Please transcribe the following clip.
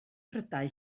prydau